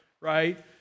right